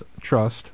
Trust